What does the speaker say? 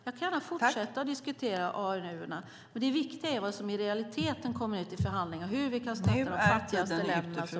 Jag kan gärna fortsätta diskutera AAU:erna, men det viktiga är vad som i realiteten kommer ut i förhandlingarna och hur vi kan stötta de fattigaste länderna som behöver det bäst.